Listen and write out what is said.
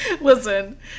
listen